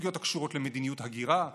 סוגיות שקשורות למדיניות הגירה ועוד,